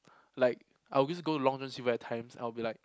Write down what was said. like I always go to Long-John-Silvers at times and I'll be like